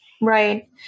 Right